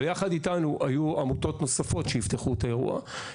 אבל יחד איתנו היו עמותות נוספות שאבטחו את האירוע,